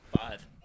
Five